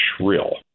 shrill